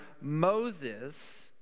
Moses